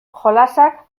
jolasak